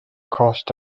cost